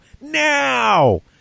Now